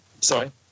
Sorry